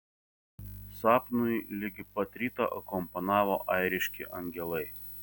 sapnui ligi pat ryto akompanavo airiški angelai